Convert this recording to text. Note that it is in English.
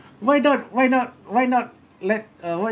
why not why not why not let uh why